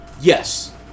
Yes